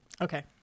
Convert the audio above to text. Okay